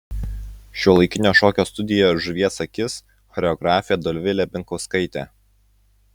šiuolaikinio šokio studija žuvies akis choreografė dovilė binkauskaitė